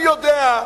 אני יודע,